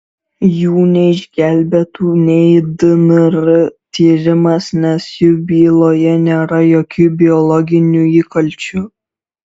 jų neišgelbėtų nei dnr tyrimas nes jų byloje nėra jokių biologinių įkalčių